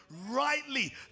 Rightly